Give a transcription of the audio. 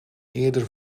eerder